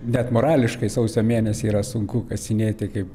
net morališkai sausio mėnesį yra sunku kasinėti kaip